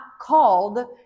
called